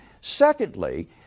Secondly